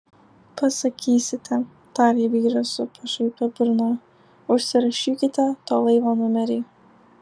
pasakysite tarė vyras su pašaipia burna užsirašykite to laivo numerį